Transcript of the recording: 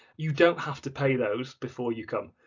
you don't have to pay those before you come,